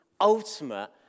ultimate